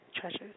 treasures